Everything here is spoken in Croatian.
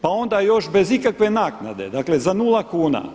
Pa onda još bez ikakve naknade, dakle za nula kuna.